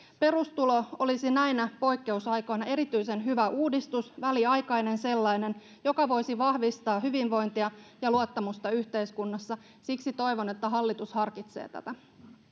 perustulo olisi näinä poikkeusaikoina erityisen hyvä uudistus väliaikainen sellainen joka voisi vahvistaa hyvinvointia ja luottamusta yhteiskunnassa siksi toivon että hallitus harkitsee tätä